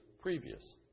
previous